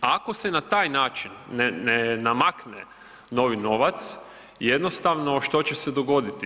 Ako se na taj način ne namakne novi novac, jednostavno što će se dogoditi?